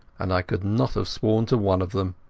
and i could not have sworn to one of them.